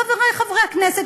חברי חברי הכנסת,